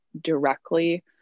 directly